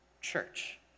church